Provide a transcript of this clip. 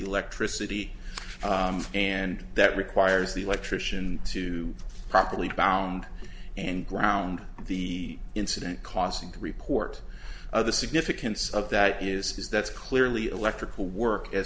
electricity and that requires the electrician to properly bound and ground the incident causing to report the significance of that is that's clearly electrical work as